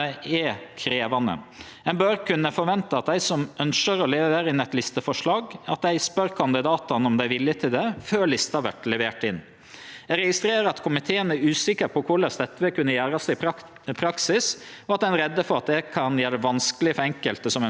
Eg registrerer at komiteen er usikker på korleis dette vil kunne gjerast i praksis, og at ein er redd dette kan gjere det vanskeleg for enkelte som ønskjer å stille liste. Eg trur ikkje at dette treng å vere så vanskeleg, men eg ser at komiteen ønskjer meir informasjon før denne endringa vert innført.